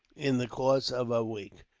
in the course of a week,